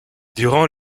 durant